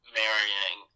marrying